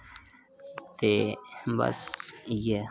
के बस इ'यै ऐ